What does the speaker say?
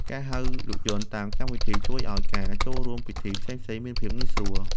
ការហៅរថយន្តតាមកម្មវិធី ជួយឱ្យការចូលរួមពិធីផ្សេងៗមានភាពងាយស្រួល។